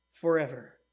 Forever